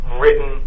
written